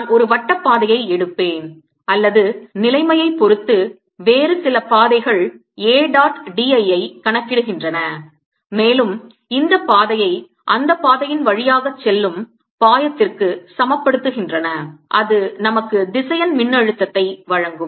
நான் ஒரு வட்டப் பாதையை எடுப்பேன் அல்லது நிலைமையைப் பொறுத்து வேறு சில பாதைகள் A dot d I I கணக்கிடுகின்றன மேலும் இந்த பாதையை அந்த பாதையின் வழியாக செல்லும் பாயத்திற்கு சமப்படுத்துகின்றன அது நமக்கு திசையன் மின்னழுத்தத்தை வழங்கும்